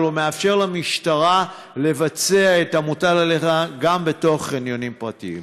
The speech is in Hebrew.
המאפשר למשטרה לבצע את המוטל עליה גם בחניונים פרטיים.